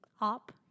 up